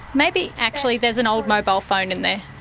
maybe, actually there's an old mobile phone in there.